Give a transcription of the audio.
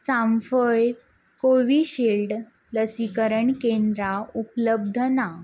सांफय Covishield लसीकरण केंद्रां उपलब्ध ना